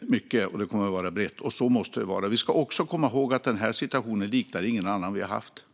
mycket, och det kommer att vara brett. Så måste det vara. Vi ska också komma ihåg att denna situation inte liknar någon annan vi har haft.